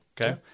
Okay